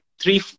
Three